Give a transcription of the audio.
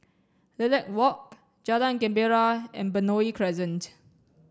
Lilac Walk Jalan Gembira and Benoi Crescent